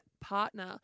partner –